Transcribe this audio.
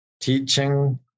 teaching